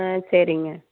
ம் சரிங்க